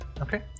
Okay